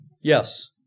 Yes